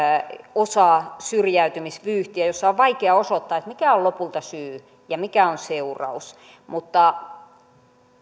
osa syrjäytymisvyyhtiä jossa on vaikea osoittaa mikä on lopulta syy ja mikä on seuraus mutta